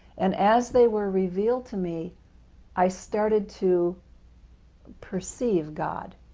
and as they were revealed to me i started to perceive god,